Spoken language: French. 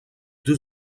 deux